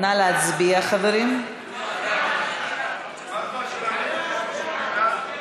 ההצעה להעביר את הצעת חוק הזכות לעבודה בישיבה (תיקון,